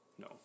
No